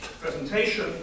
presentation